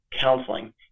counseling